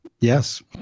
Yes